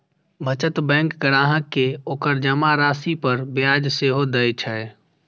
बचत बैंक ग्राहक कें ओकर जमा राशि पर ब्याज सेहो दए छै